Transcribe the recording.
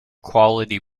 quality